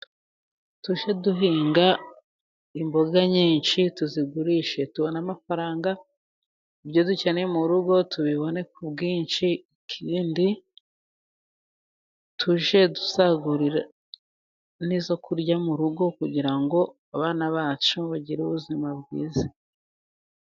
Tujye duhinga imboga nyinshi tuzigurishe tubone amafaranga, ibyo dukeneye mu rugo tubibone ku bwinshi, ikindi tuje dusagura n'izo kurya mu rugo kugira ngo abana bacu bagire ubuzima bwiza.